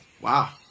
Wow